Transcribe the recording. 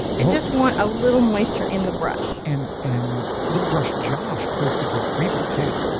and just want a little moisture in the brush. and and little brush josh posted his creeper too.